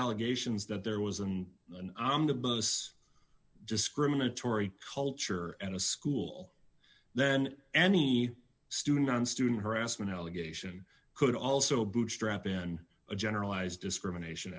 allegations that there was in an omnibus discriminatory culture at a school then any student on student harassment allegation could also bootstrap in a generalized discrimination